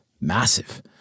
massive